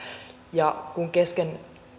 ja kun kesken